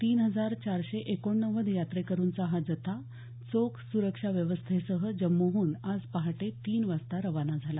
तीन हजार चारशे एकोणनव्वद यात्रेकरूंचा हा जत्था चोख सुरक्षा व्यवस्थेसह जम्मूहन आज पहाटे तीन वाजता रवाना झाला